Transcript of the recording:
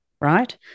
Right